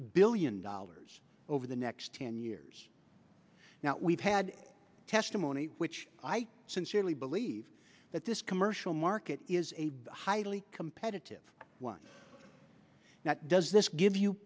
billion dollars over the next ten years now we've had testimony which i sincerely believe that this commercial market is a highly competitive one that does this give you